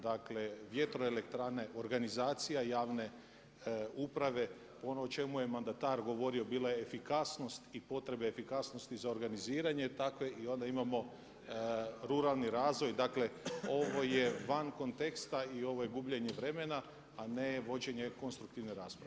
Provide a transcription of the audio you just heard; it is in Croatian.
Dakle, vjetroelektrane organizacija javne uprave ono o čemu je mandata govorio bila je efikasnost i potrebe efikasnosti za organiziranje i onda imamo ruralni razvoj, dakle ovo je van konteksta i ovo je gubljenje vremena, a ne vođenje konstruktivne rasprave.